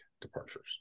departures